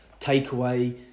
takeaway